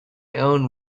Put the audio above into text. owned